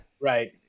Right